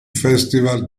festival